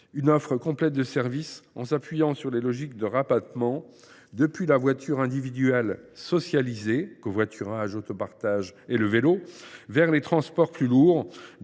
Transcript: une offre complète de services s’appuyant sur les logiques de rabattement depuis le vélo et la voiture individuelle « socialisée »– covoiturage, autopartage – vers les transports plus lourds